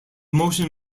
motion